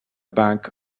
bank